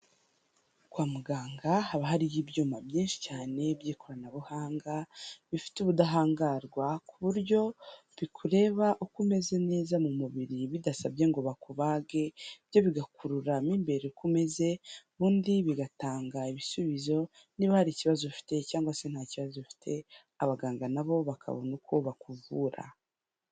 Kwa muganga haba hariho ibyuma byinshi cyane by'ikoranabuhanga, bifite ubudahangarwa ku buryo bikureba uko umeze neza mu mubiri bidasabye ngo bakubage byo bigakurura mo imbere ko umeze, ubundi bigatanga ibisubizo niba hari ikibazo ufite cyangwa se nta kibazo ufite, abaganga nabo bakabona uko bakuvura.